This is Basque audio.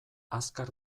azkar